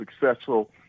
successful